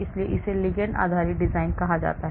इसलिए इसे लिगैंड आधारित डिजाइन कहा जाता है